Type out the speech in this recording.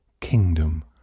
kingdom